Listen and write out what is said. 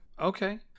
Okay